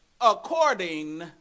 according